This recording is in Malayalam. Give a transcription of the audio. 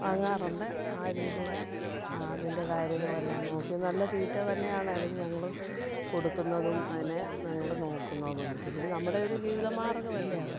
വാങ്ങാറുണ്ട് ആ രീതിയില് ആ അതിൻ്റെ കാര്യങ്ങളെല്ലാം നോക്കി നല്ല തീറ്റ തന്നെയാണ് അതിന് ഞങ്ങള് കൊടുക്കുന്നതും അതിനെ ഞങ്ങള് നോക്കുന്നതും പിന്നെ നമ്മുടെയൊരു ജീവിതമാർഗ്ഗമല്ലേ അത്